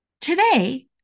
Today